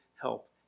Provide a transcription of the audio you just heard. help